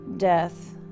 death